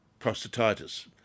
prostatitis